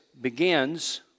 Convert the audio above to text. begins